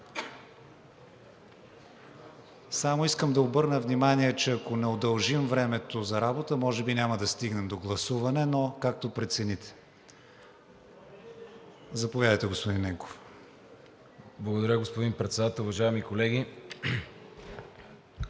Само искам да обърна внимание, че ако не удължим времето за работа, може би няма да стигнем до гласуване, но както прецените. Заповядайте, господин Ненков. АЛЕКСАНДЪР НЕНКОВ (ГЕРБ-СДС): Благодаря, господин Председател. Уважаеми колеги!